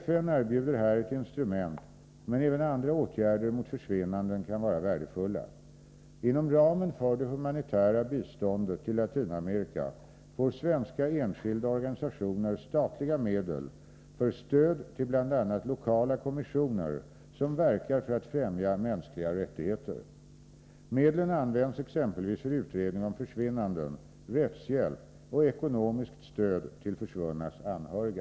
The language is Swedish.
FN erbjuder här ett instrument, men även andra åtgärder mot försvinnanden kan vara värdefulla. Inom ramen för det humanitära biståndet till Latinamerika får svenska enskilda organisationer statliga medel för stöd till bl.a. lokala kommissioner som verkar för att främja mänskliga rättigheter. Medlen används exempelvis för utredning om försvinnanden, rättshjälp och ekonomiskt stöd till försvunnas anhöriga.